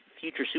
future